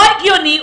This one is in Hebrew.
לא הגיוני.